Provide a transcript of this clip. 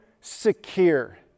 secure